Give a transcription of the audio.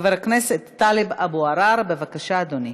מס' 4854. חבר הכנסת טלב אבו עראר, בבקשה, אדוני.